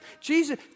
Jesus